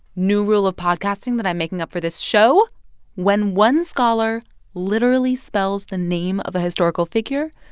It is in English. new rule of podcasting that i'm making up for this show when one scholar literally spells the name of a historical figure,